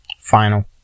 final